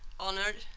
honored,